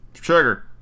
sugar